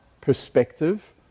perspective